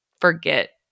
forget